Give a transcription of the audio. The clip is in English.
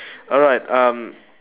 alright um